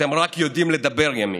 אתם רק יודעים לדבר ימין,